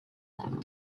that